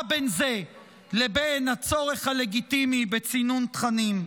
מה בין זה לבין הצורך הלגיטימי בסינון תכנים?